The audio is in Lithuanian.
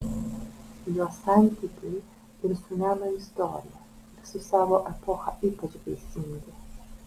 jo santykiai ir su meno istorija ir su savo epocha ypač vaisingi